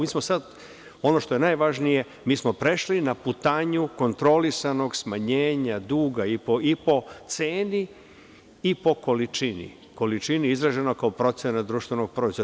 Mi smo sad, ono što je najvažnije, mi smo prešli na putanju kontrolisanog smanjenja duga i po ceni i po količini, količini izraženoj kao procena društvenog proizvoda.